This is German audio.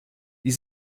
die